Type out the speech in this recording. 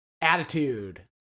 Attitude